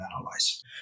analyze